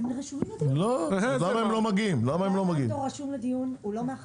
הוא רשום לדיון.